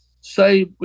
say